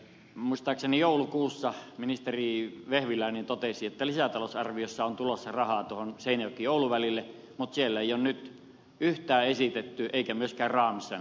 muistaakseni joulukuussa ministeri vehviläinen totesi että lisätalousarviossa on tulossa rahaa seinäjokioulu välille mutta siellä ei ole nyt yhtään esitetty sinne eikä myöskään raameissa näy olevan